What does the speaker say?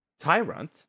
Tyrant